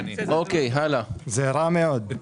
זה רע מאוד.